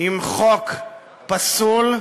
עם חוק פסול,